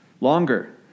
longer